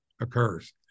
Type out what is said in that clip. occurs